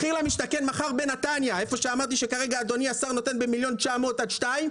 מחיר למשתכן היה צעד בכיוון הנכון.